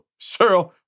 Cheryl